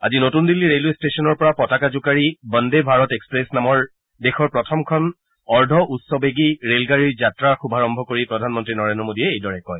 আজি নতুন দিল্লী ৰে'লৱে ষ্টেচনৰ পৰা পতাকা জোকাৰি বন্দে ভাৰত এক্সপ্ৰেছ নামৰ দেশৰ প্ৰথমখন অৰ্ধ উচ্চবেগী ৰেলগাড়ীৰ যাত্ৰাৰ শুভাৰম্ভ কৰি প্ৰধানমন্ত্ৰী নৰেন্দ্ৰ মেদীয়ে এইদৰে কয়